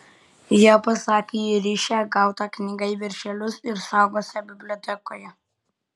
jie pasakė įrišią gautą knygą į viršelius ir saugosią bibliotekoje